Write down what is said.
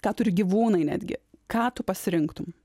ką turi gyvūnai netgi ką tu pasirinktum